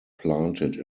planted